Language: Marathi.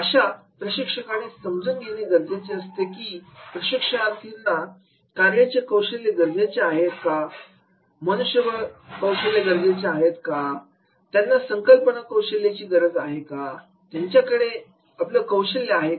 अशा प्रशिक्षकाने हे समजून घेणे गरजेचे आहे की प्रशिक्षणार्थींना कार्याची कौशल्य गरजेचे आहेत का मनुष्यबळ कौशल्य गरजेचे आहेत का त्यांना संकल्पना कौशल्याची गरज आहे का त्यांच्याकडे आपलं कौशल्य आहेत का